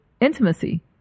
intimacy